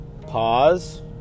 pause